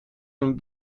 een